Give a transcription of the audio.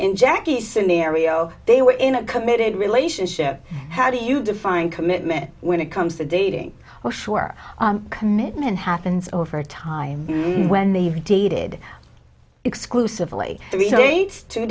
in jackie's scenario they were in a committed relationship how do you define commitment when it comes to dating well sure commitment happens over time when they've dated exclusively for the two